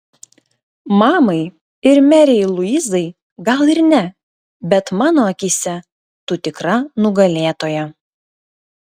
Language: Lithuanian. mamai ir merei luizai gal ir ne bet mano akyse tu tikra nugalėtoja